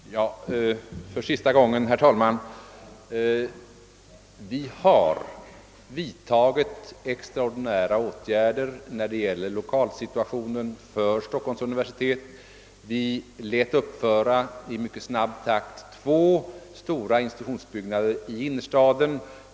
Herr talman! För sista gången: Vi har vidtagit extraordinära åtgärder när det gäller lokalsituationen för Stockholms universitet. Vi lät i mycket snabb takt uppföra två stora institutionsbyggnader i innerstaden.